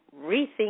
rethink